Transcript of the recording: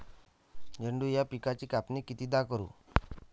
झेंडू या पिकाची कापनी कितीदा करू?